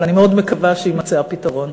אבל אני מאוד מקווה שיימצא פתרון.